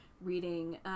reading